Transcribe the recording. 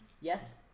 Yes